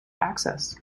access